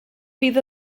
fydd